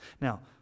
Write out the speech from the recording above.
Now